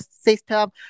system